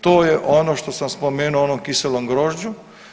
To je ono što sam spomenuo o onom kiselom grožđu.